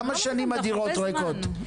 כמה שנים הדירות ריקות?